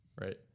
right